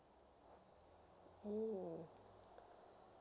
mm